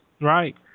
Right